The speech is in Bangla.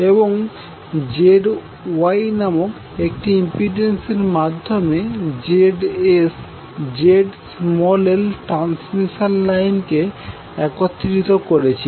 এবং ZYনামক একটি ইম্পিডেন্সের মাধ্যমে Zs Zl ট্রান্সমিশন লাইনকে একত্রিত করেছি